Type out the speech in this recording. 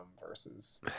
versus –